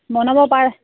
বনাব পাৰ